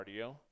cardio